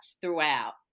throughout